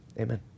Amen